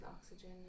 oxygen